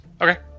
okay